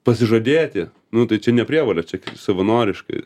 pasižadėti nu tai čia ne prievolė čia savanoriškai